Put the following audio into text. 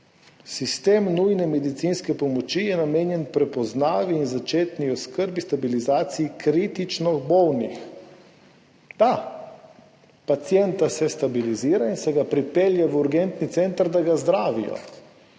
»Sistem nujne medicinske pomoči je namenjen prepoznavi in začetni oskrbi, stabilizaciji kritično bolnih.« Pacienta se stabilizira in se ga pripelje v urgentni center, da ga zdravijo.